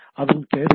அதுவும் தேவையில்லை